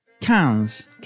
cans